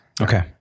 Okay